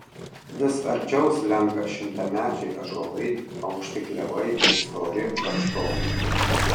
vis arčiau slenka šimtamečiai ąžuolai aukšti klevai ir stori kaštonai